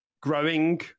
growing